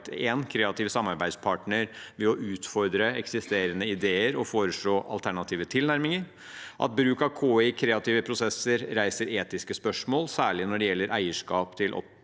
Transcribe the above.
en kreativ samarbeidspartner ved å utfordre eksisterende ideer og foreslå alternative tilnærminger, og at bruk av KI i kreative prosesser reiser etiske spørsmål, særlig når det gjelder eierskap til opp